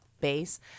Base